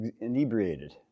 inebriated